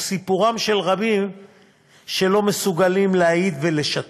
סיפורם של רבים שלא מסוגלים להעיד ולשתף.